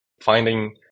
finding